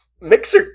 Mixer